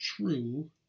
true